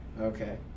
Okay